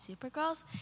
Supergirls